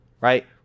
right